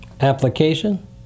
Application